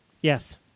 Yes